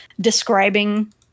describing